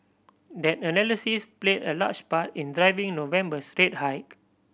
that analysis play a large part in driving November's rate hike